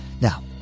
Now